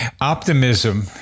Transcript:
Optimism